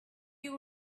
you